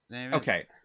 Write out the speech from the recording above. Okay